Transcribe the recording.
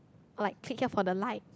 or like click here for the light